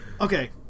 okay